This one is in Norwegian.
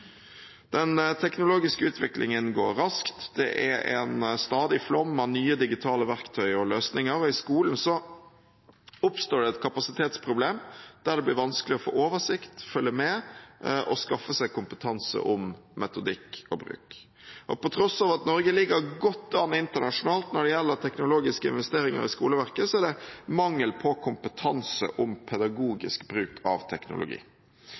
Den teknologiske utviklingen går raskt. Det er en stadig flom av nye digitale verktøy og løsninger, og i skolen oppstår det et kapasitetsproblem, der det blir vanskelig å få oversikt, følge med og å skaffe seg kompetanse om metodikk og bruk. På tross av at Norge ligger godt an internasjonalt når det gjelder teknologiske investeringer i skoleverket, er det mangel på kompetanse på pedagogisk bruk av teknologi.